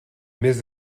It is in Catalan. més